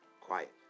quiet